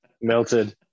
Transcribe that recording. Melted